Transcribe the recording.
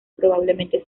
probablemente